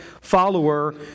follower